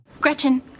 Gretchen